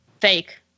fake